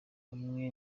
bamwe